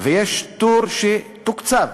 ויש טור של "תוקצב".